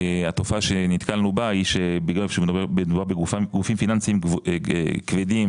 התופעה שנתקלנו בה היא שבגלל שמדובר בגופים פיננסיים כבדים